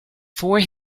four